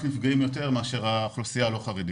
נפגעים יותר מאשר האוכלוסייה הלא חרדית.